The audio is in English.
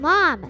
Mom